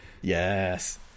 Yes